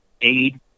aid